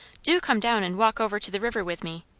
do come down and walk over to the river with me.